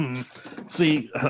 see